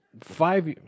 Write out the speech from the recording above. Five